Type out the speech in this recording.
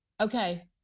Okay